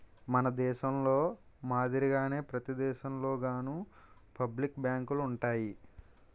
మన దేశంలో మాదిరిగానే ప్రతి దేశంలోనూ పబ్లిక్ బ్యాంకులు ఉంటాయి